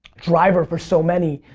driver for so many.